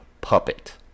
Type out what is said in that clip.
puppet